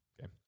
Okay